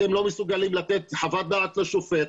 אתם לא מסוגלים לתת חוות דעת של שופט.